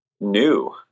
new